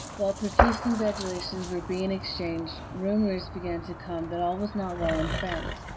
while profuse congratulations were being exchanged, rumors began to come that all was not well in france.